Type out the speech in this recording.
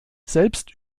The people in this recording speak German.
selbst